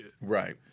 Right